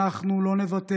אנחנו לא נוותר.